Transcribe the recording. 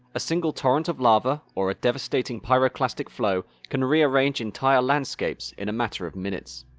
a single torrent of lava or a devastating pyroclastic flow can rearrange entire landscapes in a matter of minutes.